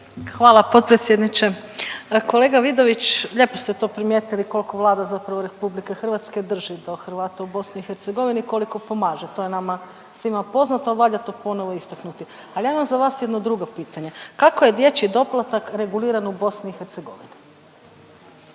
Hvala potpredsjedniče. Kolega Vidović lijepo ste to primijetili koliko Vlada zapravo Republike Hrvatske drži do Hrvata u BiH, koliko pomaže. To je nama svima poznato, a valja to ponovo istaknuti. Ali ja imam za vas jedno drugo pitanje. Kako je dječji doplatak reguliran u BiH?